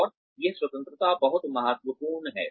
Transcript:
और यह स्वतंत्रता बहुत महत्वपूर्ण है